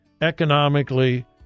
economically